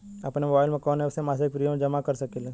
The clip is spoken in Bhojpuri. आपनमोबाइल में कवन एप से मासिक प्रिमियम जमा कर सकिले?